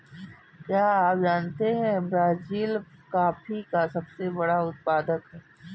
क्या आप जानते है ब्राज़ील कॉफ़ी का सबसे बड़ा उत्पादक है